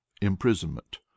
imprisonment